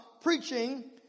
preaching